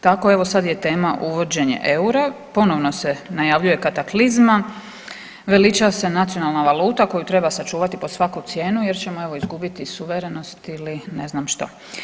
Tako evo, sad je tema uvođenje eura, ponovo se najavljuje kataklizma, veliča se nacionalna valuta, koju treba sačuvati pod svaku cijenu jer ćemo, evo, izgubiti suverenost ili ne znam što.